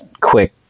quick